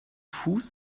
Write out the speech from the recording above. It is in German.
fuß